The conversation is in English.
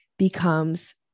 becomes